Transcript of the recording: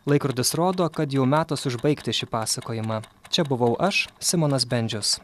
laikrodis rodo kad jau metas užbaigti šį pasakojimą čia buvau aš simonas bendžius